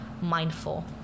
mindful